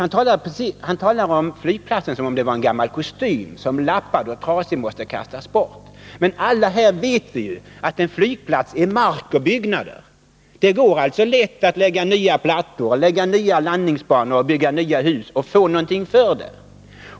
Han talade om flygplatsen som om den var en gammal kostym, som är lappad och trasig och måste kastas bort. Men alla här vet ju att en flygplats är mark och byggnader. Det går alltså lätt att lägga nya plattor, nya landningsbanor och bygga nya hus och få någonting för det.